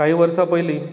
काहीं वर्सां पयलीं